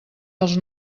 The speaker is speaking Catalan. dels